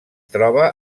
troba